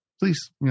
please